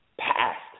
past